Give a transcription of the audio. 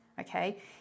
Okay